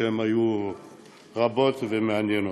שהיו רבות ומעניינות.